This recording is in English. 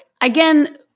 again